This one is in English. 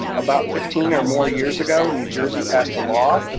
um about fifteen or more years ago, new jersey passed a law,